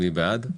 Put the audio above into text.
זה בדיוק.